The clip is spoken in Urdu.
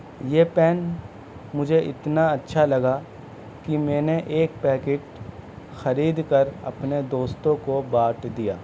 یہ پین مجھے اتنا اچّھا لگا کہ میں نے ایک پیکٹ خرید کر اپنے دوستوں کو بانٹ دیا